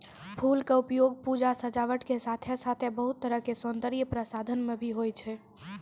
फूल के उपयोग पूजा, सजावट के साथॅ साथॅ बहुत तरह के सौन्दर्य प्रसाधन मॅ भी होय छै